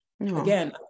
again